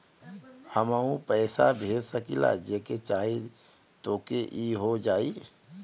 हमहू पैसा भेज सकीला जेके चाही तोके ई हो जाई?